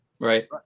Right